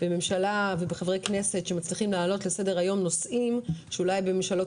יש כוח בממשלה ובחברי כנסת שמצליחים להעלות לסדר היום נושאים שאולי בממשלות